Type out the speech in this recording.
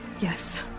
Yes